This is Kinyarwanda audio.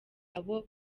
abo